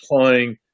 applying